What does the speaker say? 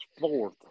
fourth